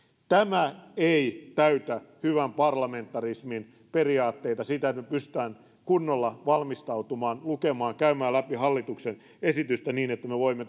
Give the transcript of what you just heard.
tämä ei täytä hyvän parlamentarismin periaatteita siitä että me pystymme kunnolla valmistautumaan lukemaan käymään läpi hallituksen esitystä niin että me voimme